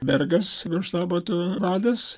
bergas virštabo to vadas